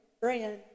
brand